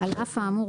על אף האמור,